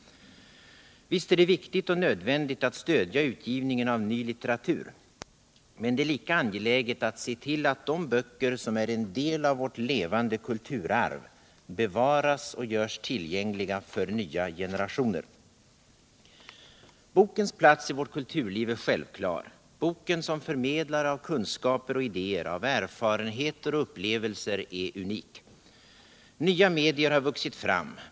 Visst är det viktigt och nödvändigt att stödja utgivninger: av ny litteratur, men det är lika angeläget att se till att de böcker som är en del av vårt levande kulturarv bevaras och görs tillgängliga för nya generationer. Bokens plats i vårt kulturliv är självklar. Boken som förmedlare av kunskaper och idéer, av erfarenheter och upplevelser är unik. Nya medier har vuxit fram.